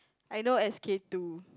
I know S_K-two